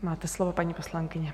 Máte slovo, paní poslankyně.